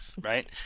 right